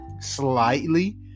Slightly